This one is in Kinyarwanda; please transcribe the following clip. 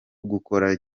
gukora